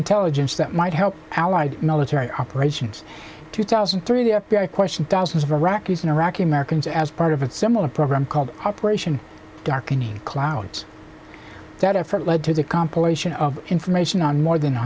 intelligence that might help allied military operations two thousand and three the f b i questioned thousands of iraqis and iraqi americans as part of a similar program called operation darkening clouds that effort led to the compilation of information on more than